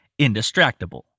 Indistractable